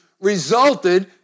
resulted